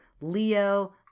Leo